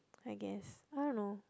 I guess I don't know